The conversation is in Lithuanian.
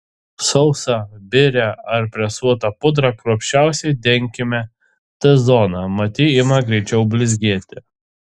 sausa biria ar presuota pudra kruopščiausiai denkime t zoną mat ji ima greičiau blizgėti